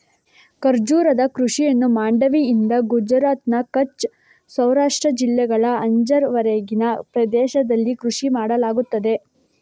ಖರ್ಜೂರದ ಕೃಷಿಯನ್ನು ಮಾಂಡವಿಯಿಂದ ಗುಜರಾತ್ನ ಕಚ್ ಸೌರಾಷ್ಟ್ರ ಜಿಲ್ಲೆಗಳ ಅಂಜಾರ್ ವರೆಗಿನ ಪ್ರದೇಶದಲ್ಲಿ ಕೃಷಿ ಮಾಡಲಾಗುತ್ತದೆ